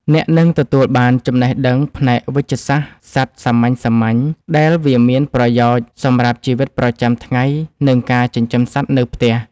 អ្នកនឹងទទួលបានចំណេះដឹងផ្នែកវេជ្ជសាស្ត្រសត្វសាមញ្ញៗដែលវាមានប្រយោជន៍សម្រាប់ជីវិតប្រចាំថ្ងៃ និងការចិញ្ចឹមសត្វនៅផ្ទះ។